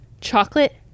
chocolate